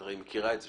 את מכירה את זה.